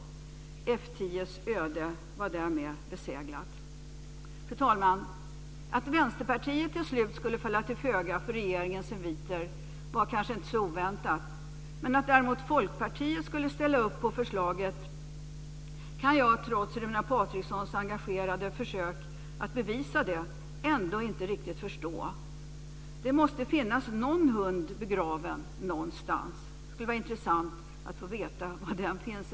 F 10:s öde var därmed beseglat. Fru talman! Att Vänsterpartiet till slut skulle falla till föga för regeringens inviter var kanske inte så oväntat. Att däremot Folkpartiet skulle ställa upp på förslaget kan jag, trots Runar Patrikssons engagerade försök att motivera det, ändå inte riktigt förstå. Det måste finnas någon hund begraven någonstans. Det skulle vara intressant att i så fall få veta var den ligger.